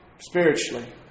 Spiritually